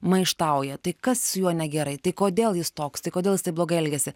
maištauja tai kas su juo negerai tai kodėl jis toks tai kodėl jis taip blogai elgiasi